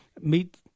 meet